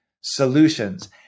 solutions